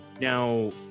Now